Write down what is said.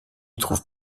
trouve